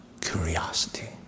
curiosity